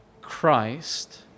Christ